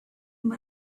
him